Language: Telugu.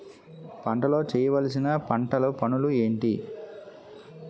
పంటలో చేయవలసిన పంటలు పనులు ఏంటి?